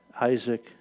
Isaac